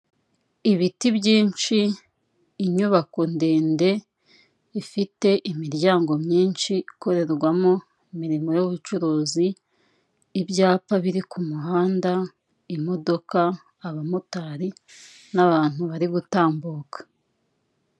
Ibiti byinshi, inyubako ndende ifite imiryango myinshi ikorerwamo imirimo y'ubucuruzi, ibyapa biri ku muhanda, imodoka, abamotari n'abantu bari gutambuka.